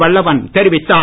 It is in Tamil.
வல்லவன் தெரிவித்தார்